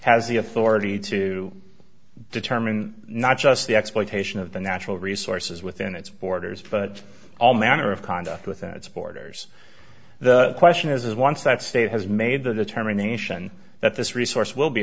has the authority to determine not just the exploitation of the natural resources within its borders but all manner of conduct within its borders the question is once that state has made the determination that this resource will be